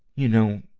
you know,